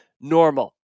normal